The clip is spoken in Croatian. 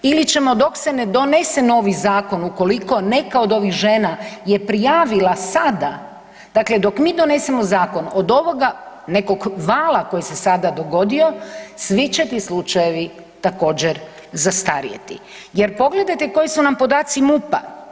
Ili ćemo, dok se ne donese novi zakon, ukoliko neka od ovih žena je prijavila sada, dakle dok mi donesemo zakon, od ovoga nekog vala koji se sada dogodio, svi će ti slučajevi, također, zastarjeti jer, pogledajte koji su nam podaci MUP-a.